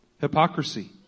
hypocrisy